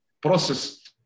process